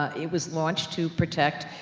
ah it was launched to protect,